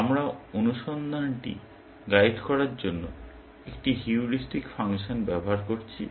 আমরা অনুসন্ধানটি গাইড করার জন্য একটি হিউরিস্টিক ফাংশন ব্যবহার করছি